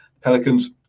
Pelicans